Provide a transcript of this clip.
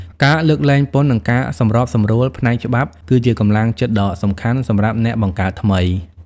ការលើកលែងពន្ធ និងការសម្របសម្រួលផ្នែកច្បាប់គឺជាកម្លាំងចិត្តដ៏សំខាន់សម្រាប់អ្នកបង្កើតថ្មី។